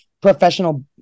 professional